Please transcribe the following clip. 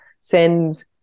Send